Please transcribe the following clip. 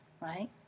Right